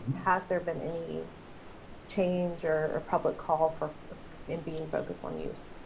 has there been any change or or public call for and being focused on you.